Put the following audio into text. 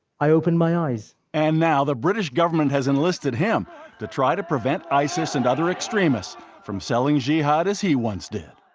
i opened my eyes. and now the british government has enlisted him to try to prevent isis and other extremists from selling jihad as he once did.